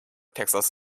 texas